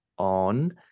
on